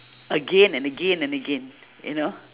again and again and again you know